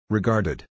Regarded